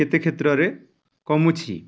କେତେ କ୍ଷେତ୍ରରେ କମୁଛି